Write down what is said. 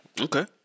Okay